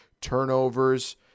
turnovers